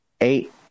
eight